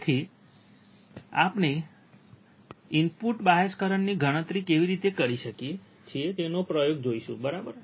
તેથી આપણે input bias કરંટની ગણતરી કેવી રીતે કરી શકીએ તેનો પ્રયોગ જોઇશું બરાબર